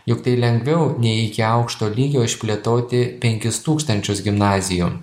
juk tai lengviau nei iki aukšto lygio išplėtoti penkis tūkstančius gimnazijų